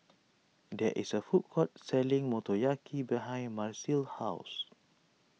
there is a food court selling Motoyaki behind Marceline's house